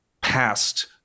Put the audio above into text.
past